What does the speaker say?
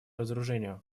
разоружению